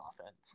offense